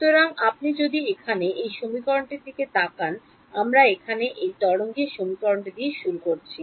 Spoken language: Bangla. সুতরাং আপনি যদি এখানে এই সমীকরণটি তাকান আমরা এখানে এই তরঙ্গ সমীকরণ দিয়ে শুরু করেছি